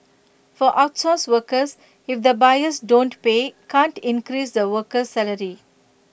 for outsourced workers if the buyers don't pay can't increase the worker's salary